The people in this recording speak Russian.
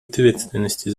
ответственности